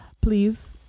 please